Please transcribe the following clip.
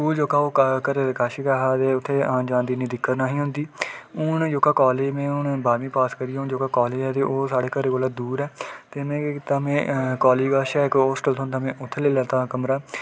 school जेह्का ओह् घरै दे कश गै हा ते उत्थै औन जान दी इन्नी दिक्कत निं ही होंदी ते हून जेह्का कालेज में बाह्ऱमीं पास करियै हून जेह्का कालेज ऐ ओह् साढ़े घरै कोला दूर ऐ ते में केह् कीता कि कालेज कश इक होस्टल ऐ में उत्थै लेई लैता कमरा